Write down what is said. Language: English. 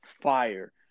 fire